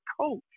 coach